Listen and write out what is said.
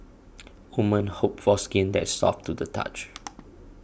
women hope for skin that is soft to the touch